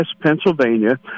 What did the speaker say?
Pennsylvania